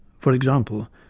for example,